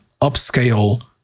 upscale